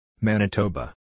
Manitoba